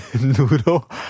noodle